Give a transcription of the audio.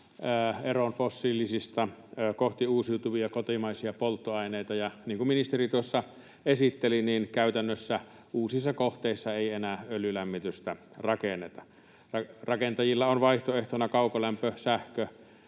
eroon fossiilisista, kohti uusiutuvia kotimaisia polttoaineita. Niin kuin ministeri tuossa esitteli, käytännössä uusissa kohteissa ei enää öljylämmitystä rakenneta. Rakentajilla on vaihtoehtoina kaukolämpö, sähkö,